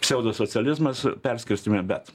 pseudocializmas perskirstyme bet